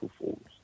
forms